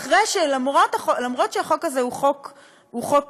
אפילו שהחוק הזה הוא חוק רע,